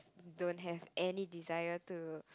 don't have any desire to